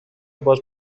باز